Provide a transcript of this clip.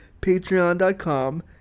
patreon.com